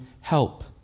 help